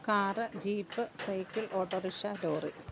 car jeep cycle auto rickshaw lorry